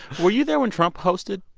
were you there when trump hosted?